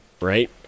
right